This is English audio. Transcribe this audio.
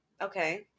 Okay